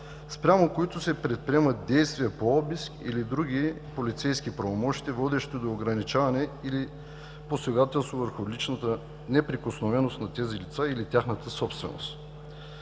спрямо които се предприемат действия по обиск или други полицейски правомощия водещи до ограничаване или посегателство върху личната неприкосновеност на тези лица или тяхната собственост.